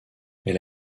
elle